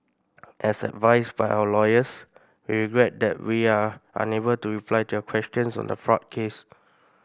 as advised by our lawyers we regret that we are unable to reply to your questions on the fraud case